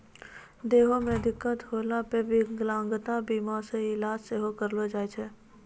देहो मे दिक्कत होला पे विकलांगता बीमा से इलाज सेहो करैलो जाय छै